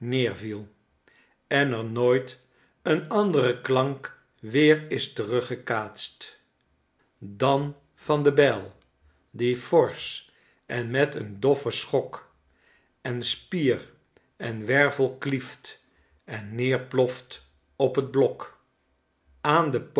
nederviel en er nooit een anderen klank weer is teruggekaatst dan van de byl die forsch en met een doffen sen ok en spier en wervel klieft en neerploft op het blok aan de